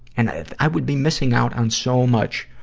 and i would be missing out on so much,